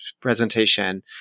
presentation